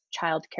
childcare